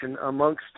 amongst